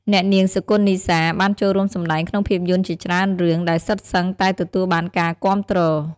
អ្នកនាង សុគន្ធ និសា បានចូលរួមសម្តែងក្នុងភាពយន្តជាច្រើនរឿង ដែលសុទ្ធសឹងតែទទួលបានការគាំទ្រ។